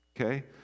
Okay